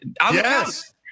Yes